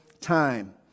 time